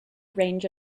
range